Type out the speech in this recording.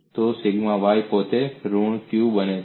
તો sigma Y પોતે જ ઋણ q બને છે